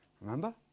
remember